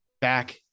back